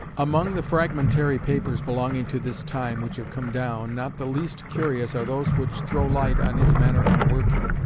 among the fragmentary papers belonging to this time which have come down, not the least curious are those which throw light on his manner of working.